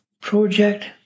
project